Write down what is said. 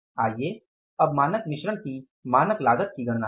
आइए अब मानक मिश्रण की मानक लागत की गणना करें